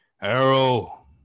Arrow